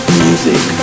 music